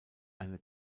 eine